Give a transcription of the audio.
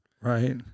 Right